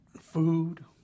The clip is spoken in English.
Food